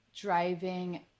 driving